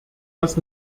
das